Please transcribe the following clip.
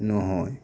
নহয়